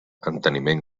enteniment